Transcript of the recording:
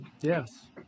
Yes